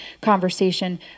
conversation